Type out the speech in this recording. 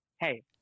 hey